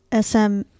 SM